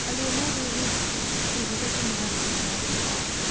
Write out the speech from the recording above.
ꯑꯥꯜꯂꯨ ꯑꯉꯧꯕꯗꯨꯗꯤ ꯀꯦ ꯖꯤꯗ ꯀꯨꯟ ꯃꯉꯥ ꯀꯨꯟ ꯃꯉꯥ ꯑꯗꯨꯝ ꯊꯥꯔꯦ